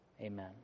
Amen